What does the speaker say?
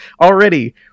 Already